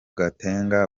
gatenga